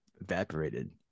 evaporated